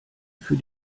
für